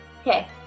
Okay